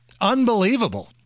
Unbelievable